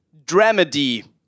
dramedy